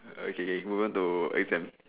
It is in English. okay K who want to exam